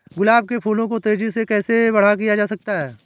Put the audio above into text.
गुलाब के फूलों को तेजी से कैसे बड़ा किया जा सकता है?